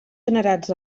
generats